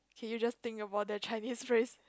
can you just think about that Chinese phrase